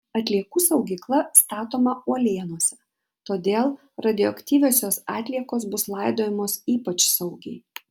atliekų saugykla statoma uolienose todėl radioaktyviosios atliekos bus laidojamos ypač saugiai